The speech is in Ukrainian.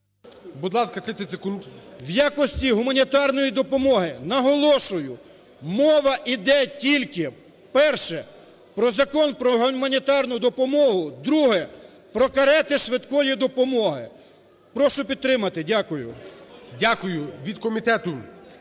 якості гуманітарної допомоги. Наголошую, мова іде тільки, перше – про Закон про гуманітарну допомогу, друге – про карети швидкої допомоги. Прошу підтримати. Дякую. ГОЛОВУЮЧИЙ. Дякую. Від комітету